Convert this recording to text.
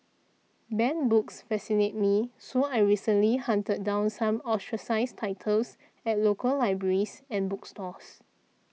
banned books fascinate me so I recently hunted down some ostracised titles at local libraries and bookstores